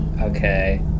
Okay